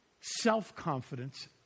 self-confidence